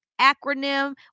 acronym